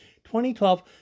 2012